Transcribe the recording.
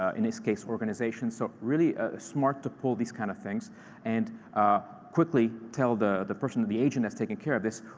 ah in this case, organizations. so really smart to pull these kind of things and quickly tell the the person or the agent that's taking care of this,